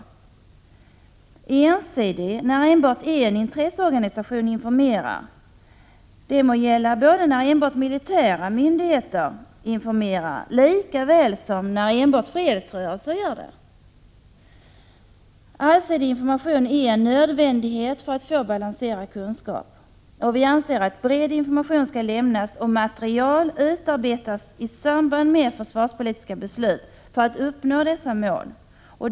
Den är ensidig när en enda intresseorganisation informerar. Det gäller när enbart militära myndigheter informerar lika väl som när enbart fredsrörelser gör det. Allsidig information är en nödvändighet för att få balanserad kunskap. Vi anser att bred information skall lämnas och material utarbetas i samband med försvarspolitiska beslut för att uppnå dessa mål.